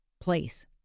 place